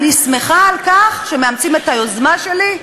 אני שמחה על כך שמאמצים את היוזמה שלי,